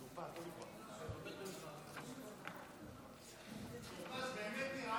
טור פז, באמת נראה